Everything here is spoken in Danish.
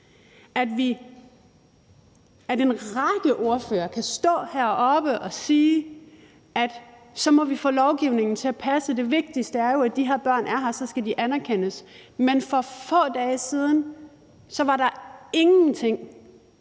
at en række ordførere kan stå heroppe og sige, at vi så må få lovgivningen til at passe, og at det vigtigste jo er, at de her børn er her, og at de så skal anerkendes – men for få dage siden var der ingenting,